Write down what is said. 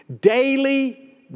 daily